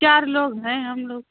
चार लोग हैं हम लोग